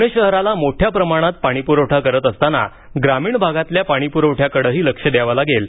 पुणे शहराला मोठ्या प्रमाणात पाणीपुरवठा करत असताना ग्रामीण भागातील पाणीप्रवठ्याकडेही लक्ष द्यावं लागेल